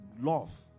love